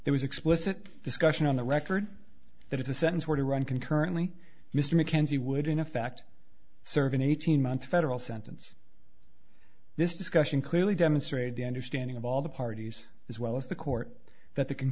there was explicit discussion on the record that if the sentence were to run concurrently mr mckenzie would in effect serve an eighteen month federal sentence this discussion clearly demonstrated the understanding of all the parties as well as the court that the